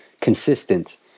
consistent